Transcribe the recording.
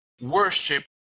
worship